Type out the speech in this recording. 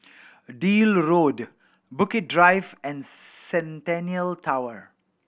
Deal Road Bukit Drive and Centennial Tower